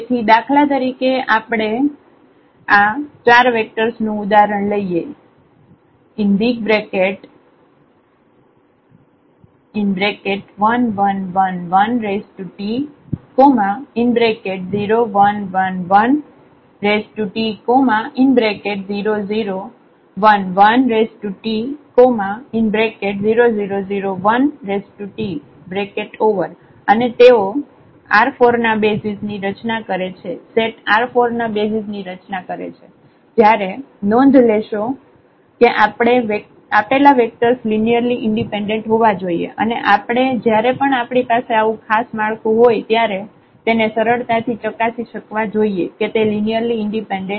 તેથી દાખલા તરીકે આપણે આ 4 વેક્ટર્સ નું ઉદાહરણ લઈએ 1111T0111T0011T0001T અને તેઓ R4 ના બેસિઝ ની રચના કરે છે સેટ R4 ના બેસિઝ ની રચના કરે છે જયારે નોંધ લેશો કે આપેલા વેક્ટર્સ લિનિયરલી ઈન્ડિપેન્ડેન્ટ હોવા જોઈએ અને આપણે જયારે પણ આપણી પાસે આવું ખાસ માળખું હોય ત્યરે તેને સરળતાથી ચકાસી શકવા જોઈએ કે તે લિનિયરલી ઈન્ડિપેન્ડેન્ટ છે